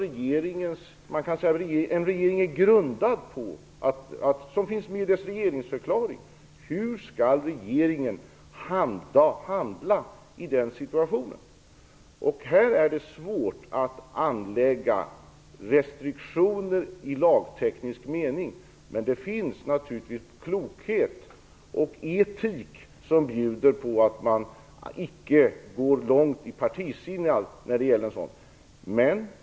En regering är grundad på regeringsförklaringen. Hur skall regeringen handla i den situationen? Här är det svårt att anlägga restriktioner i lagteknisk mening. Men det finns naturligtvis klokhet och etik som bjuder på att man icke går långt i partisinnet där.